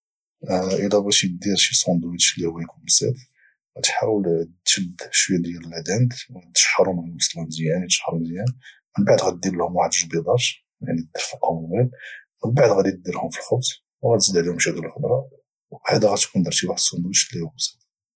الا بغيتي دير شي ساندويتش اللي يكون بسيط غتحاول تشد شويه ديال الاداند وغاتشحروا مع البصله مزيان من بعد غادي دير لهم واحد جوج بيضات من بعد غديرهم في الخبز وغاتزيد عليهم شويه ديال الخضر وهكذا غاتكون درتي واحد الساندويتش